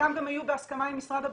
וחלקם גם היו בהסכמה עם משרד הבריאות.